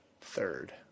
third